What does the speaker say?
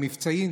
במבצעים,